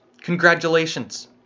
Congratulations